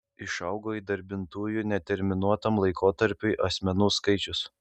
išaugo įdarbintųjų neterminuotam laikotarpiui asmenų skaičius